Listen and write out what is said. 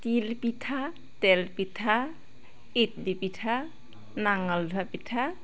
তিল পিঠা তেল পিঠা ইডলি পিঠা নাঙলধোৱা পিঠা